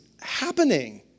happening